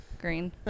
green